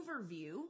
overview